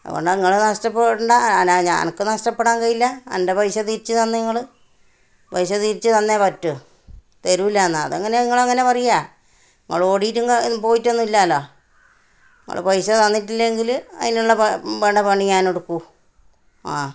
അതുകൊണ്ട് നിങ്ങൾ നഷ്ടപ്പെടണ്ട ഞ എനിക്ക് നഷ്ടപ്പെടാന് കഴിയില്ല എന്റെ പൈസ തിരിച്ചു തന്നെ നിങ്ങൾ പൈസ തിരിച്ചു തന്നെ പറ്റു തരൂലാന്നോ അത് എങ്ങനെയാ നിങ്ങളങ്ങനെ പറയാ നിങ്ങൾ ഓടീട്ടും ക പോയിട്ടും ഒന്നും ഇല്ലല്ലോ നിങ്ങൾ പൈസ തന്നിട്ടില്ലെങ്കില് അതിനുള്ള പ വേണ്ട പണി ഞാന് എടുക്കും ആ